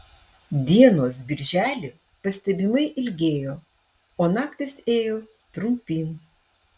dienos birželį pastebimai ilgėjo o naktys ėjo trumpyn